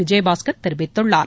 விஜயபாஸ்கர் தெரிவித்துள்ளார்